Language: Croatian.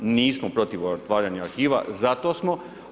Nismo protiv otvaranja arhiva, za to smo.